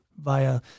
via